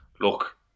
look